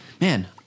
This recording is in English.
man